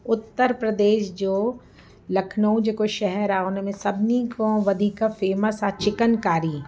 उत्तर प्रदेश जो लखनऊ जेको शहर आहे उन में सभिनी खां वधीक फ़ेमस आहे चिकनकारी